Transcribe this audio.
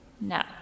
No